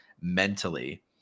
mentally